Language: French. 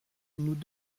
nous